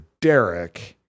Derek